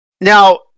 Now